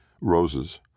Roses